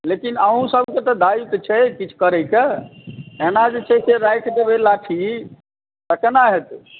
लेकिन अहूँ सबकेँ तऽ दायित्व छै किछु करै कऽ एना जे छै से राखि देबै लाठी तऽ केना हेतै